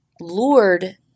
lured